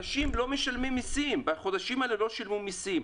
אנשים בחודשים האלה לא שילמו מסים.